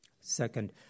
Second